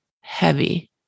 heavy